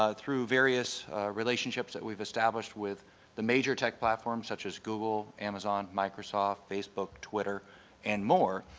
ah through various relationships we've established with the major tech platforms such as google, amazon, microsoft, facebook, twitter and more,